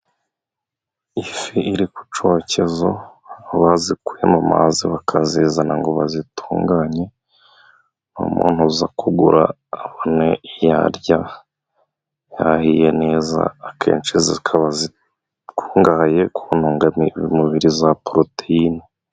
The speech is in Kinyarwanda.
Ifi iri kucyokezo. Baba bazikuye mu mazi, bakazizana ngo bazitunganye, umuntu uza kugura abone iya arya, yahiye neza. Akenshi zikaba zikungahaye ku ntungamubiri za poroteyine.